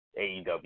AEW